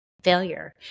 failure